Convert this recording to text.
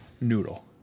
Noodle